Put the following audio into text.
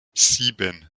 sieben